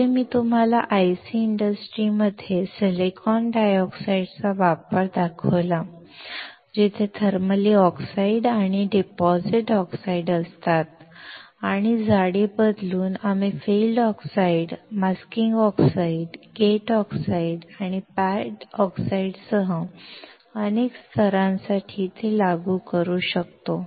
पुढे मी तुम्हाला IC इंडस्ट्रीमध्ये सिलिकॉन डायऑक्साइडचा वापर दाखवला जिथे थर्मली ऑक्साईड आणि डिपॉझिट ऑक्साईड असतात आणि जाडी बदलून आम्ही field oxide masking oxide gate oxide आणि पॅड ऑक्साइडसह अनेक स्तरांसाठी ते लागू करू शकतो